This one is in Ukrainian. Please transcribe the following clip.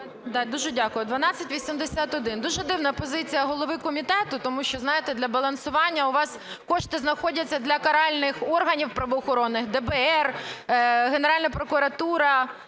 Дуже дивна позиція голови комітету, тому що, знаєте, для балансування у вас кошти знаходяться для каральних органів, правоохоронних, ДБР, Генеральна прокуратура,